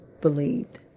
believed